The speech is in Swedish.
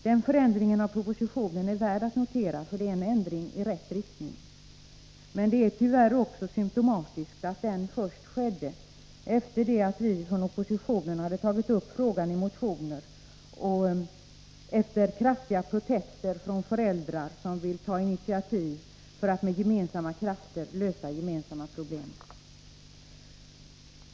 Den förändringen av propositionen är värd att notera, för det är en ändring i rätt riktning. Men det är tyvärr också symtomatiskt att den skedde först sedan vi från oppositionen hade tagit upp frågan i motioner och efter kraftiga protester från föräldrar, som ville ta initiativ för att med gemensamma krafter lösa gemensamma problem.